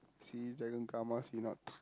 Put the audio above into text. she